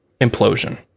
implosion